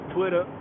Twitter